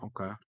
okay